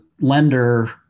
lender